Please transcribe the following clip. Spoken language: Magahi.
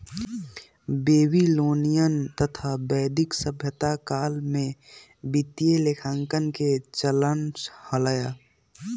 बेबीलोनियन तथा वैदिक सभ्यता काल में वित्तीय लेखांकन के चलन हलय